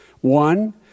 One